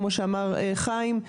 כמו שאמר חיים,